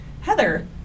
Heather